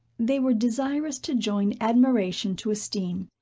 they were desirous to join admiration to esteem,